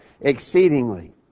exceedingly